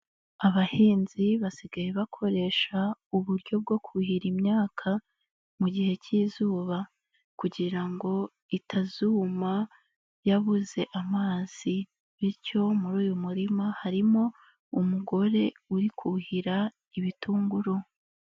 Abahinzi basigaye bakoresha uburyo bwo kuhira imyaka mu gihe cy'izuba kugira ngo itazuma yabuze amazi, bityo muri uyu murima harimo umugore uri kuhira ibitunguru.